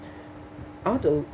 I want to